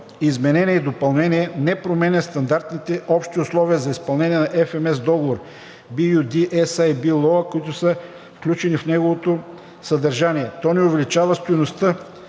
Изменение и допълнение не променя Стандартните Общи условия за изпълнение на FMS договор BU-D-SAB LOA, които са включени в неговото съдържание. То не увеличава стойността